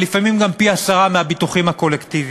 ולפעמים גם פי-עשרה מהביטוחים הקולקטיביים.